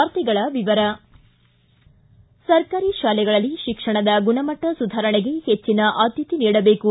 ವಾರ್ತೆಗಳ ವಿವರ ಸರ್ಕಾರಿ ಶಾಲೆಗಳಲ್ಲಿ ಶಿಕ್ಷಣದ ಗುಣಮಟ್ಟ ಸುಧಾರಣೆಗೆ ಹೆಚ್ಚಿನ ಆದ್ದತೆ ನೀಡಬೇಕು